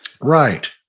Right